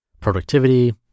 productivity